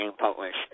published